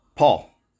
Paul